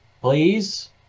Please